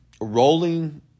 rolling